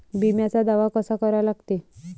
बिम्याचा दावा कसा करा लागते?